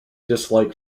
dislike